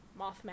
Mothman